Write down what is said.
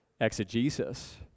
exegesis